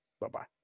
Bye-bye